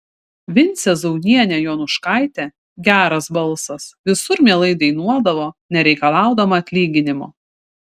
vincė zaunienė jonuškaitė geras balsas visur mielai dainuodavo nereikalaudama atlyginimo